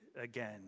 again